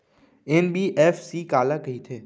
NBFC काला कहिथे?